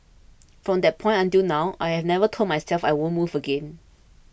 from that point until now I have never told myself I won't move again